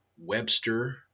Webster